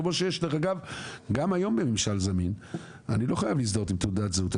כמו שיש דרך אגב גם היום בממשל זמין אני לא חייב להזדהות עם תעודת זהות.